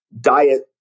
diet